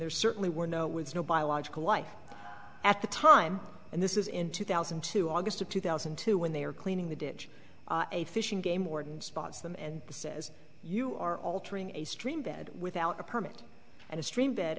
there certainly were no woods no biological life at the time and this is in two thousand and two august of two thousand and two when they were cleaning the ditch a fishing game warden spots them and says you are altering a stream bed without a permit and a stream